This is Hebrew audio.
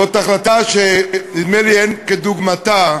זאת החלטה שנדמה לי שאין כדוגמתה.